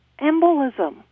embolism